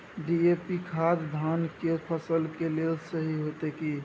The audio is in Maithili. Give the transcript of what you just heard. डी.ए.पी खाद धान के फसल के लेल सही होतय की?